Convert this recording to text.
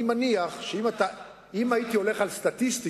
אני מניח שאם הייתי הולך על סטטיסטיקות,